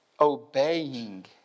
obeying